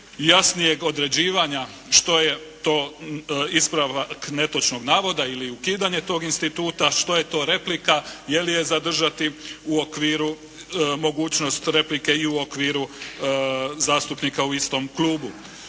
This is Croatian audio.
jasnijeg određivanja što je to ispravak netočnog navoda ili ukidanje tog instituta, što je to replika, je li je zadržati u okviru, mogućnost replike i u okviru zastupnika u istom klubu?